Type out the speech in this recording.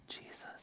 Jesus